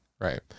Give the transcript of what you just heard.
right